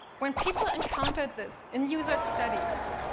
when people encountered this in user studies,